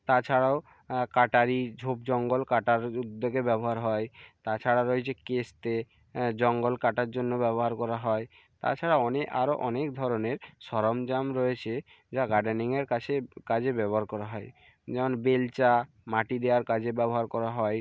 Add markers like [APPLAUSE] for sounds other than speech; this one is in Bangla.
তাছাড়াও কাটারি ঝোপ জঙ্গল কাটার উদ্যোগে ব্যবহার হয় তাছাড়া রয়েছে কাস্তে জঙ্গল কাটার জন্য ব্যবহার করা হয় তাছাড়া অনে [UNINTELLIGIBLE] আরও অনেক ধরনের সরঞ্জাম রয়েছে যা গার্ডেনিংয়ের কাছে কাজে ব্যবহার করা হয় যেমন বেলচা মাটি দেওয়ার কাজে ব্যবহার করা হয়